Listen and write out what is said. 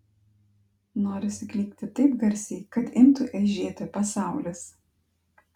norisi klykti taip garsiai kad imtų aižėti pasaulis